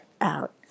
out